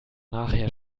nachher